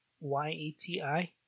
Y-E-T-I